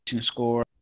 score